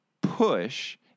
push